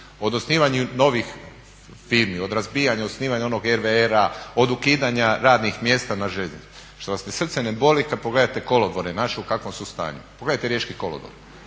od osnivanja novih firmi od razbijanja i osnivanja onog RVR-a, od ukidanja radnih mjesta na željeznici, što vas srce ne boli kada pogledate naše kolodvore u kakvom su stanju. Pogledajte Riječki kolodvor,